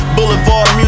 Boulevard